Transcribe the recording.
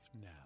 now